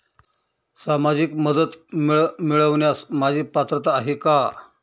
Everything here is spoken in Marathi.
सामाजिक मदत मिळवण्यास माझी पात्रता आहे का?